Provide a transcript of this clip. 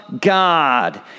God